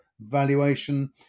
valuation